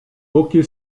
hockey